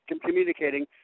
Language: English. communicating